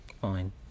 fine